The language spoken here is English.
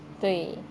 对